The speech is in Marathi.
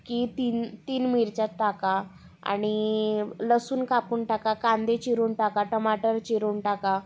की तीन तीन मिरच्या टाका आणि लसूण कापून टाका कांदे चिरून टाका टमाटर चिरून टाका